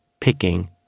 picking